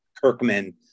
Kirkman